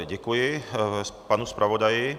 Děkuji panu zpravodaji.